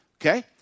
Okay